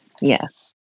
Yes